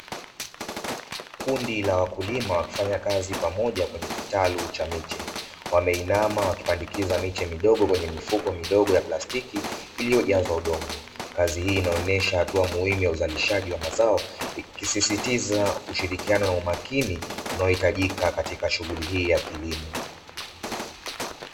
Kundi la wakulima wakifanya kazi pamoja kwenye kitalu cha miche wameinama wakipandikiza miche midogo kwenye mifuko midogo ya plastiki iliyojazwa udongo. Kazi hii inaonyesha uzalishaji wa mazao ikisisitiza ushirikiano na umakini unaohitajika katika shughuli hii ya kilimo.